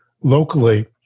locally